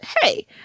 hey